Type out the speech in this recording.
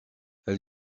elle